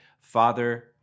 Father